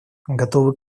готовы